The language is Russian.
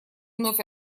вновь